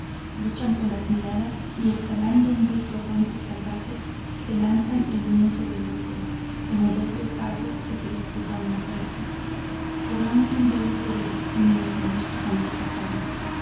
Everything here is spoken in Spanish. luchan con las miradas y exhalando un grito ronco y salvaje se lanzan el uno sobre el otro como dos leopardos que se disputan una presa corramos un velo sobre los crímenes de nuestros antepasados